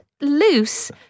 loose